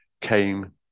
came